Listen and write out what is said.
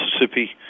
Mississippi